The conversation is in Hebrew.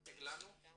משטרת ישראל פועלת